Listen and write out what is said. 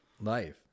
life